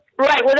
right